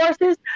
forces